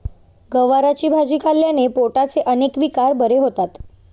गवारीची भाजी खाल्ल्याने पोटाचे अनेक विकार बरे होतात